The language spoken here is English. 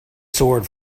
sword